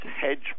hedge